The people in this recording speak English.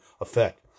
effect